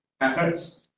efforts